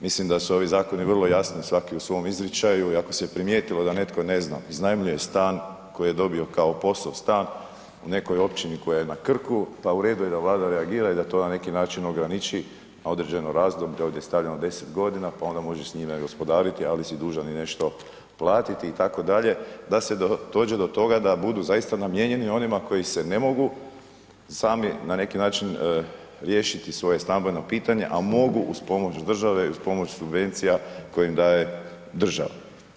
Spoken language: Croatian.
Mislim da su ovi zakoni vrlo jasni svaki u svom izričaju i ako se primijetilo da netko ne znam, iznajmljuje stan koji je dobio kao POS-ov stan u nekoj općini koja je na Krku, pa u redu je da Vlada reagira i da to ne neki način ograniči na određeno razdoblje, ovdje je stavljeno 10 godina, pa onda možeš s njime gospodariti, ali si dužan i nešto platiti itd., da se dođe do toga da budu zaista namijenjeni onima koji se ne mogu sami na neki način riješiti svoje stambeno pitanje, a mogu uz pomoć države i uz pomoć subvencija koje im daje država.